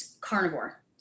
carnivore